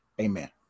Amen